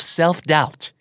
self-doubt